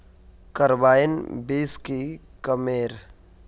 Carbine बीस की कमेर?